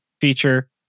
feature